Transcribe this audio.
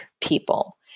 people